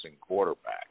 quarterback